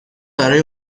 برای